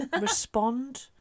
Respond